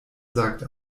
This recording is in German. sagt